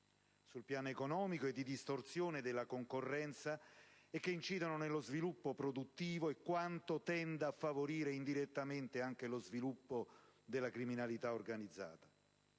sul piano economico, di distorsione della concorrenza e come incidano nello sviluppo produttivo, e questo tenda a favorire indirettamente anche lo sviluppo della criminalità organizzata.